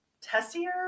tessier